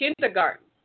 kindergarten